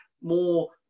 more